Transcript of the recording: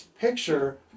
picture